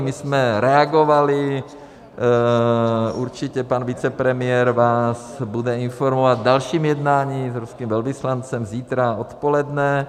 My jsme reagovali, určitě pan vicepremiér vás bude informovat o dalším jednání s ruským velvyslancem zítra odpoledne.